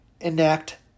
enact